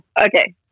Okay